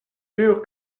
sûr